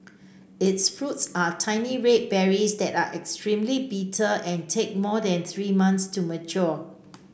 its fruits are tiny red berries that are extremely bitter and take more than three months to mature